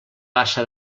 bassa